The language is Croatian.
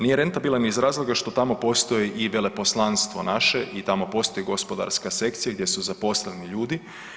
Nije rentabilan iz razloga što tamo postoji i veleposlanstvo naše i tamo postoji gospodarska sekcija gdje su zaposleni ljudi.